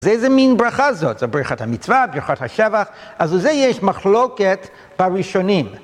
זה איזה מין ברכה זאת, זה ברכת המצווה, ברכת השבח, אז זה יש מחלוקת בראשונים.